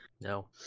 No